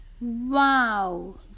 Wow